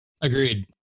Agreed